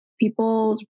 people